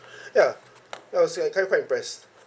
ya I will say I kind of quite impressed